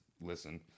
listen